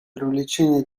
привлечение